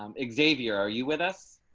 um xavier, are you with us.